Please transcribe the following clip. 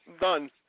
done